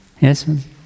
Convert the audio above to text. Yes